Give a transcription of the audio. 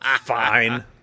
Fine